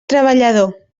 treballador